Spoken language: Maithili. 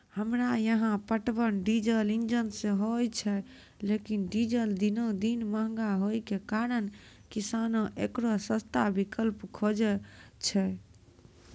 हमरा यहाँ पटवन डीजल इंजन से होय छैय लेकिन डीजल दिनों दिन महंगा होय के कारण किसान एकरो सस्ता विकल्प खोजे छैय?